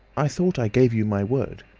i thought i gave you my word,